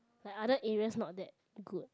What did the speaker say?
like other areas not that good